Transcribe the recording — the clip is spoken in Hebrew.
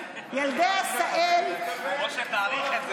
ואני מקווה, שיצליחו,